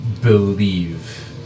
believe